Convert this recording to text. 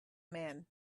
man